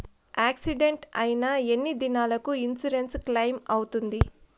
Accident అయిన ఎన్ని దినాలకు ఇన్సూరెన్సు క్లెయిమ్ అవుతుంది?